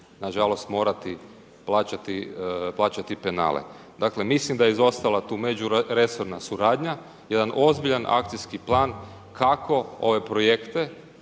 nažalost morati plaćati penale. Dakle, mislim da je izostala tu međuresorna suradnja, jedan ozbiljan akcijski plan kako ove projekte